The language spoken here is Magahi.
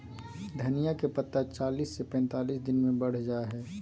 धनिया के पत्ता चालीस से पैंतालीस दिन मे बढ़ जा हय